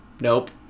nope